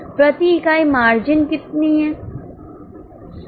प्रति इकाई मार्जिन कितना है